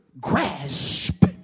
grasp